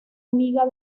amiga